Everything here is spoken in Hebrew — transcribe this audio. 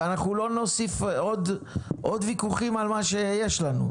אנחנו לא נוסיף עוד ויכוחים על מה שיש לנו,